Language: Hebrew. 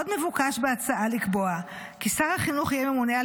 עוד מבוקש בהצעה לקבוע כי שר החינוך יהיה ממונה על